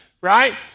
right